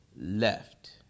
left